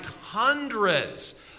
hundreds